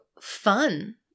fun